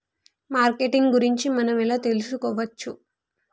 Marketing గురించి మనం ఎలా తెలుసుకోవచ్చు?